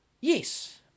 yes